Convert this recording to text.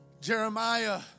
Jeremiah